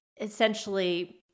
essentially